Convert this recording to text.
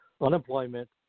unemployment